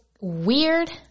weird